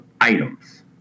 items